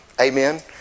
Amen